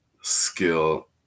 skill